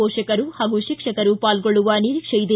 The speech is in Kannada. ಪೋಷಕರು ಹಾಗೂ ಶಿಕ್ಷಕರು ಪಾಲ್ಗೊಳ್ಳುವ ನಿರೀಕ್ಷೆಯಿದೆ